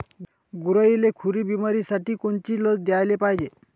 गुरांइले खुरी बिमारीसाठी कोनची लस द्याले पायजे?